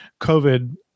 COVID